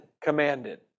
commanded